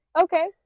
okay